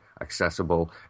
accessible